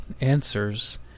answers